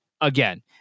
again